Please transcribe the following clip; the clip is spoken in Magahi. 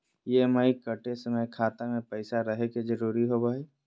ई.एम.आई कटे समय खाता मे पैसा रहे के जरूरी होवो हई